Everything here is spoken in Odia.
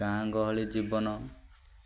ଗାଁ ଗହଳି ଜୀବନ